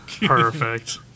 perfect